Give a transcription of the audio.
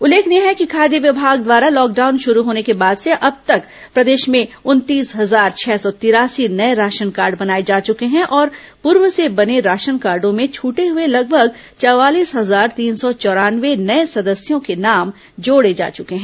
उल्लेखनीय है कि खाद्य विभाग द्वारा लॉकडाउन शुरू होने के बाद से अब तक प्रदेश में उनतीस हजार छह सौ तिरासी नए राशन कार्ड बनाए जा चुके हैं और पूर्व से बने राशन कार्डो में छूटे हुए लगभग चवालीस हजार तीन सौ चौरानवे नए सदस्यों के नाम जोड़े जा चुके हैं